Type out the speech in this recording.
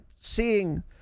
seeing